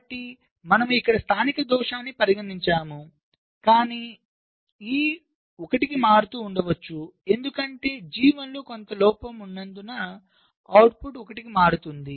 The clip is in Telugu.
కాబట్టి మనము ఇక్కడ స్థానిక దోషాన్ని పరిగణించాము కాని E 1 కి మారుతూ ఉండవచ్చు ఎందుకంటే G1 లో కొంత లోపం ఉన్నందున అవుట్పుట్ 1 కి మారుతుంది